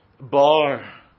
Bar